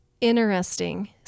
interesting